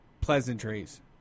pleasantries